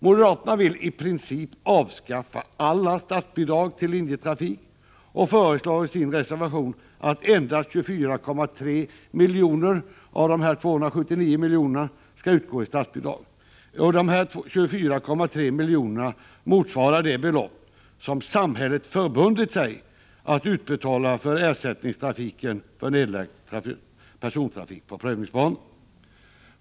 Moderaterna vill i princip avskaffa alla statsbidrag till linjetrafiken och föreslår i sin reservation att endast 24,3 milj.kr. av dessa 297,7 milj.kr. skall utgå i statsbidrag. Det motsvarar det belopp som samhället förbundit sig att utbetala för ersättningstrafiken för nedlagd persontrafik på prövningsbanorna.